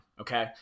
Okay